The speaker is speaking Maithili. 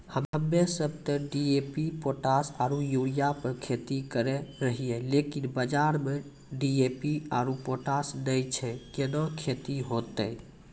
हम्मे सब ते डी.ए.पी पोटास आरु यूरिया पे खेती करे रहियै लेकिन बाजार मे डी.ए.पी आरु पोटास नैय छैय कैना खेती होते?